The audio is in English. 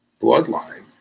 bloodline